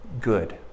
good